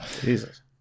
Jesus